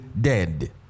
dead